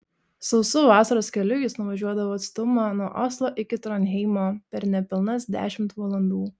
sausu vasaros keliu jis nuvažiuodavo atstumą nuo oslo iki tronheimo per nepilnas dešimt valandų